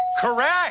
Correct